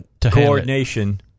coordination